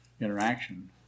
interaction